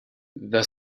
the